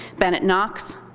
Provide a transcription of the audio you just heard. bennett knox,